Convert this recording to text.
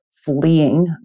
fleeing